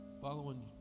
Following